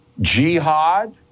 jihad